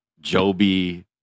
Joby